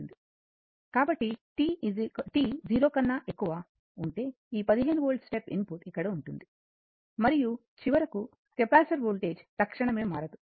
కాబట్టిt 0 కన్నా ఎక్కువ t0ఉంటే ఈ 15 వోల్ట్ స్టెప్ ఇన్పుట్ ఇక్కడ ఉంటుంది మరియు చివరికి కెపాసిటర్ వోల్టేజ్ తక్షణమే మారదు